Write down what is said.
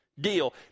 deal